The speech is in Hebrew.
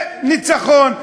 זה ניצחון.